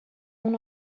اون